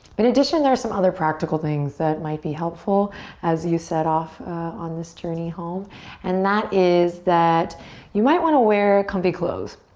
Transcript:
but addition, there are some other practical things that might be helpful as you set off on this journey home and that is that you might want to wear comfy clothes.